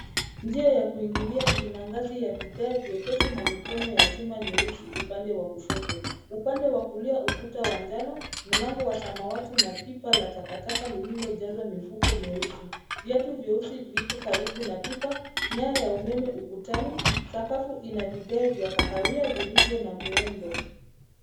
Njia ya kuingilia ina ngazi ya vigae vyepesi na mikono ya chuma nyeusi upande wa kushoto. Upande wa kulia, ukuta wa njano, mlango wa samawati na pipa la takataka lililojazwa mifuko meusi. Viatu vyeusi viko karibu na pipa. Nyaya ya umeme ukutani. Sakafu ina vigae vya kahawia vilivyo na muundo.